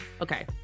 Okay